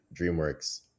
DreamWorks